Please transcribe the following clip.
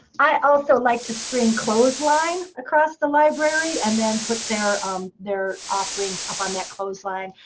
i also like to string clothesline across the library, and then put their um their offerings up on that clothesline.